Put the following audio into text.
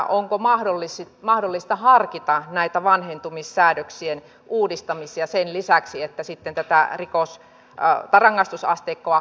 onko mahdollista harkita näitä vanhentumissäännösten uudistamisia sen lisäksi että tätä rangaistusasteikkoa kovennetaan